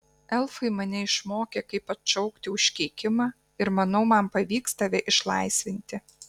elfai mane išmokė kaip atšaukti užkeikimą ir manau man pavyks tave išlaisvinti